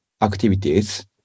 activities